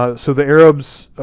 ah so the arabs,